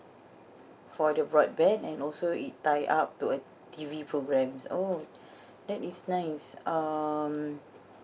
for the broadband and also it tied up to a T_V programs oh that is nice um